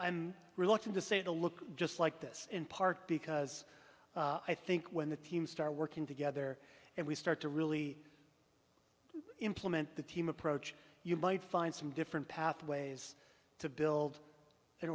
i'm reluctant to say to look just like this in part because i think when the teams start working together and we start to really implement the team approach you might find some different pathways to build an